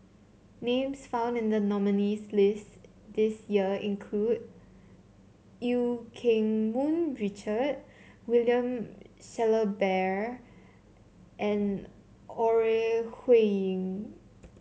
names found in the nominees' list this year include Eu Keng Mun Richard William Shellabear and Ore Huiying